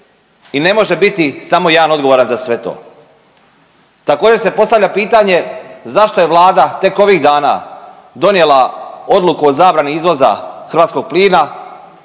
i ne može biti samo jedan odgovoran za sve to. Također se postavlja pitanje zašto je Vlada tek ovih dana donijela odluku o zabrani izvoza hrvatskog plina